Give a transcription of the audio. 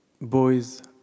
boys